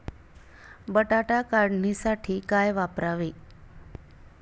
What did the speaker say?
बटाटा काढणीसाठी काय वापरावे?